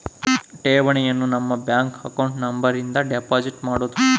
ಠೇವಣಿಯನು ನಮ್ಮ bank account number ಇಂದ ಡೆಪೋಸಿಟ್ ಮಾಡ್ಬೊದು